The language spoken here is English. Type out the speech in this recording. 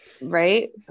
Right